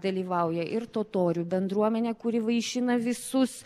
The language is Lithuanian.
dalyvauja ir totorių bendruomenė kuri vaišina visus